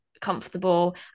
comfortable